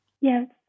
Yes